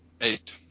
Eight